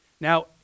Now